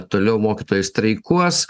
toliau mokytojai streikuos